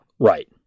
Right